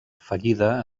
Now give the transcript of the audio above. fallida